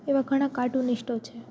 એવા ઘણાં કાર્ટૂનિસ્ટો છે